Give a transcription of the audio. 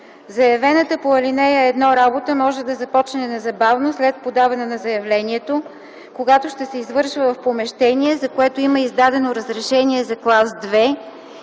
Заявената по ал. 1 работа може да започне незабавно след подаване на заявлението, когато ще се извършва в помещение, за което има издадено разрешение за клас 2